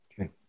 Okay